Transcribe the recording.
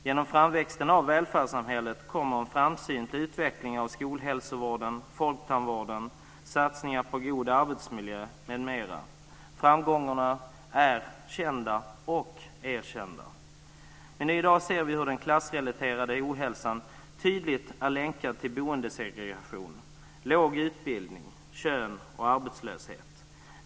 Genom framväxten av välfärdssamhället kommer en framsynt utveckling av skolhälsovården, folktandvården och satsningar på god arbetsmiljö m.m. Framgångarna är kända och erkända. I dag ser vi hur den klassrelaterade ohälsan tydligt är länkad till boendesegregation, låg utbildning, kön och arbetslöshet.